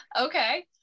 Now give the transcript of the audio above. Okay